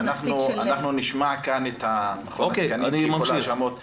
אנחנו נשמע כאן את מכון התקנים כי כל ההאשמות --- אוקיי,